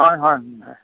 হয় হয় হয় হয়